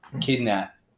kidnap